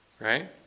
Right